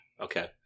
Okay